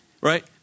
right